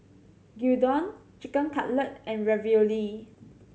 Gyudon Chicken Cutlet and Ravioli